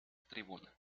tribuna